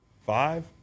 Five